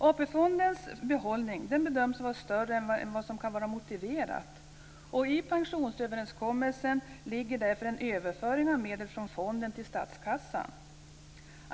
AP-fondens behållning bedöms vara större än vad som kan vara motiverat. I pensionsöverenskommelsen ligger därför en överföring av medel från fonden till statskassan.